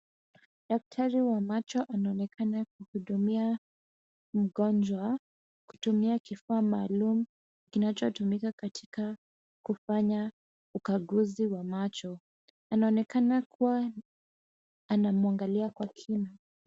Daktari wa macho anaonekana kuhudumia mgonjwa, kutumia kifaa maalum kinachotumika katika kufanya ukaguzi wa macho. Anaonekana kuwa anamwangalia kwa kina.